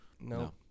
No